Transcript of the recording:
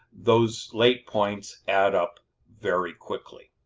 those late points add up very quickly.